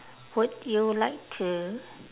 would you like to